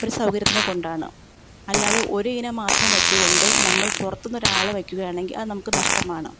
ഒരു സൗകര്യത്തിനെ കൊണ്ടാണ് അല്ലാതെ ഒരു ഇനം മാത്രം വെച്ചുകൊണ്ട് നമ്മൾ പുറത്തു നിന്ന് ഒരാളെ വെയ്ക്കുകയാണെങ്കിൽ അതു നമുക്ക് നഷ്ടമാണ്